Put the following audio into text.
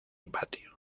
patio